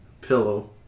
Pillow